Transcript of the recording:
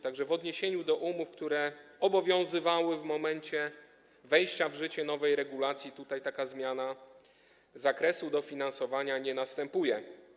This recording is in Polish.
Tak że w odniesieniu do umów, które obowiązywały w momencie wejścia w życie nowej regulacji, taka zmiana zakresu dofinansowania nie następuje.